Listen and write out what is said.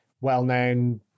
well-known